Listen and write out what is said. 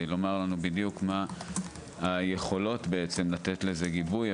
לומר לנו בדיוק מהן היכולות לתת לזה גיבוי,